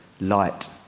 light